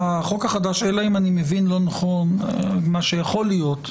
אלא אם אני מבין לא נכון, מה שיכול להיות,